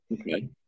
Okay